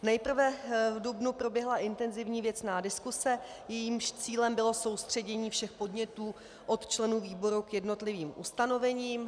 Nejprve v dubnu proběhla intenzivní věcná diskuse, jejímž cílem bylo soustředění všech podnětů od členů výboru k jednotlivým ustanovením.